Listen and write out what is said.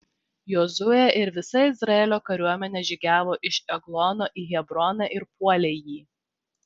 jozuė ir visa izraelio kariuomenė žygiavo iš eglono į hebroną ir puolė jį